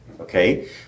Okay